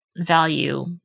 value